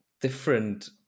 different